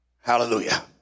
Hallelujah